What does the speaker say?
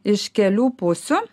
iš kelių pusių